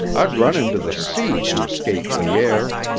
i'd run into the sea to escape pierre